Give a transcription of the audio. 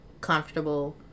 comfortable